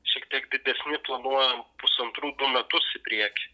šiek tiek didesni planuojam pusantrų du metus į priekį